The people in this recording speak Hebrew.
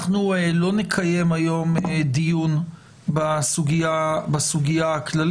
אנחנו לא נקיים היום דיון בסוגיה הכללית.